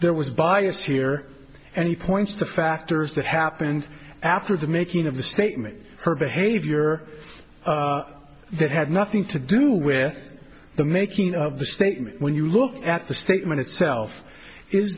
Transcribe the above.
there was bias here and he points to factors that happened after the making of the statement her behavior that had nothing to do with the making of the statement when you look at the statement itself is